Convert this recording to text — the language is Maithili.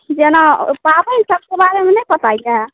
जेना पाबनि सभके बारेमे नहि पता यए